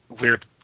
weird